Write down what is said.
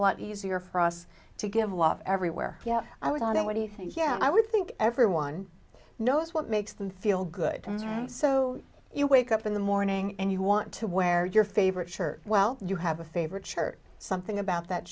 a lot easier for us to give a lot everywhere yeah i was on what do you think yeah i would think everyone knows what makes them feel good so you wake up in the morning and you want to wear your favorite shirt well you have a favorite shirt something about that